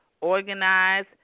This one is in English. organize